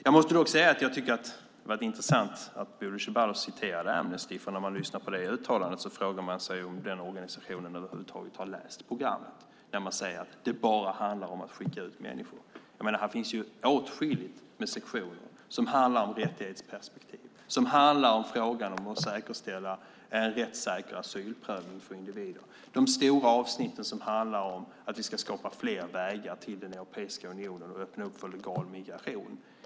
Jag måste dock säga att jag tycker att det är intressant att Bodil Ceballos citerar Amnesty. När man hör det uttalandet frågar man sig om den organisationen över huvud taget har läst programmet då de säger att det bara handlar om att skicka ut människor. Här finns åtskilligt med sektioner som handlar om rättighetsperspektiv, om frågan att säkerställa en rättssäker asylprövning för individer, stora avsnitt som handlar om att vi ska skapa fler vägar till Europeiska unionen och öppna för en legal migration.